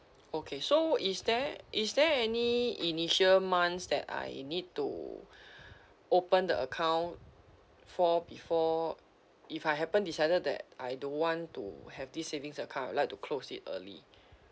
okay so is there is there any initial months that I need to open the account for before if I happen decided that I don't want to have this savings account I'd like to close it early